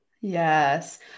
Yes